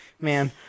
man